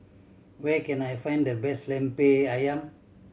where can I find the best Lemper Ayam